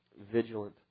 vigilant